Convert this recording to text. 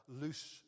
loose